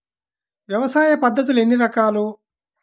వ్యవసాయ పద్ధతులు ఎన్ని రకాలు?